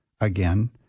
again